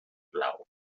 blau